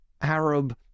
Arab